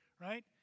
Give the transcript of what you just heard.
right